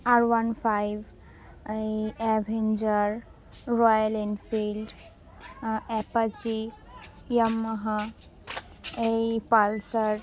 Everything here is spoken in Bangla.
আর ওয়ান ফাইভ এই Avenger Royal Enfield Apache Yamaha এই পালসার